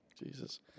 Jesus